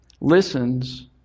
listens